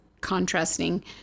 contrasting